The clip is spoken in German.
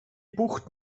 bucht